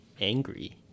angry